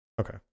Okay